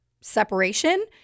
separation